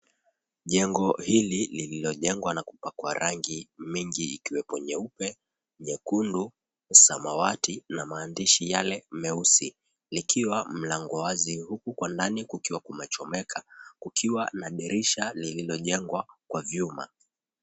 Jengo hili lililojengwa na kupakwa rangi mingi ikiwepo nyeupe, nyekundu, samawati na maandishi yale meusi likiwa mlango wazi huku kwa ndani kukiwa kumechomeka kukiwa na dirisha lililojengwa kwa vyuma.